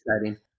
exciting